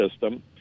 system